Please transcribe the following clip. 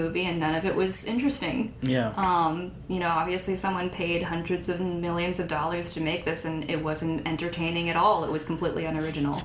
movie and it was interesting you know obviously someone paid hundreds and millions of dollars to make this and it wasn't entertaining at all it was completely and original